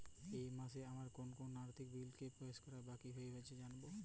এই মাসে আমার কোন কোন আর্থিক বিল পে করা বাকী থেকে গেছে কীভাবে জানব?